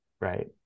right